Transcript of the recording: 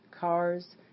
cars